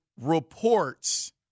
reports